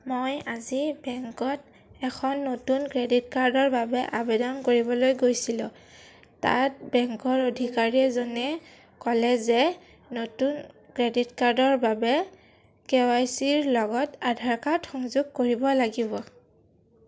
মই আজি বেংকত এখন নতুন ক্ৰেডিট কাৰ্ডৰ বাবে আবেদন কৰিবলৈ গৈছিলোঁ তাত বেংকৰ অধিকাৰী এজনে ক'লে যে নতুন ক্ৰেডিট কাৰ্ডৰ বাবে কে ৱাই চি ৰ লগত আধাৰ কাৰ্ড সংযোগ কৰিব লাগিব